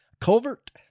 culvert